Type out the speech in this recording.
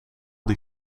die